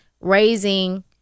raising